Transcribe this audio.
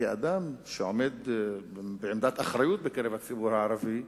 כאדם שעומד בעמדת אחריות בקרב הציבור הערבי,